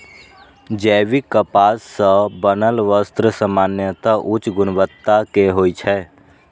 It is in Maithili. जैविक कपास सं बनल वस्त्र सामान्यतः उच्च गुणवत्ता के होइ छै